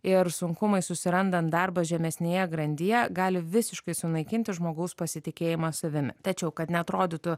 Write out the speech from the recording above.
ir sunkumai susirandant darbą žemesnėje grandyje gali visiškai sunaikinti žmogaus pasitikėjimą savimi tačiau kad neatrodytų